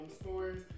stores